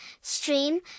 Stream